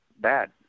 bad